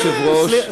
אדוני היושב-ראש,